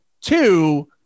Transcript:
Two